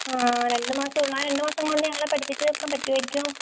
ആ രണ്ട് മാസമേ ഉള്ളൂ ആ രണ്ട് മാസം കൊണ്ട് ഞങ്ങളെ പഠിപ്പിച്ചു തീർക്കാൻ പറ്റുവായിരിക്കുമോ